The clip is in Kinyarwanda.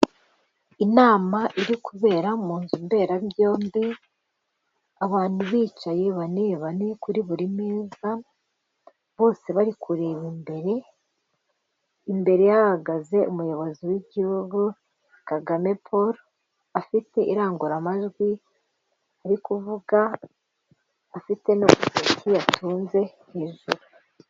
Inama iri kubera mu nzu mberabyombi abantu bicaye bane bane kuri buri mezi bose bari kureba imbere imbere hagaze umuyobozi w'igihugu Kagame Paul afite indangururamajwi ari kuvuga afite n'ubutoki yatunze hejuru.